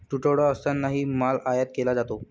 तुटवडा असतानाही माल आयात केला जातो